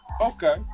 Okay